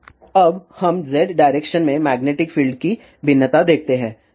अब हम z direction में मैग्नेटिक फील्ड की भिन्नता देखते हैं